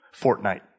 Fortnite